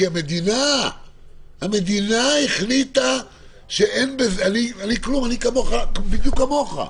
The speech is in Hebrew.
כי המדינה החליטה שאין בזה כלום, שאני בדיוק כמוך.